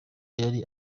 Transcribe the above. yari